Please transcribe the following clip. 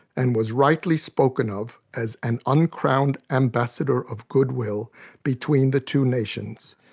and was rightly spoken of as an uncrowned ambassador of good-will between the two nations.